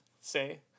say